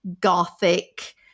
gothic